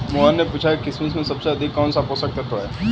मोहन ने पूछा कि किशमिश में सबसे अधिक कौन सा पोषक तत्व होता है?